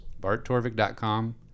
barttorvik.com